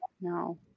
No